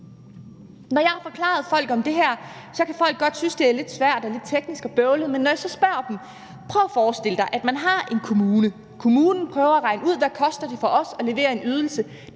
Når jeg har forklaret folk det her, kan folk godt synes, at det er lidt svært og lidt teknisk og bøvlet, men så siger jeg til dem: Prøv at forestille dig, at man har en kommune, og at kommunen prøver at regne ud, hvad det koster for den at levere en ydelse,